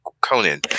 Conan